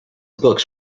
books